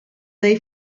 dei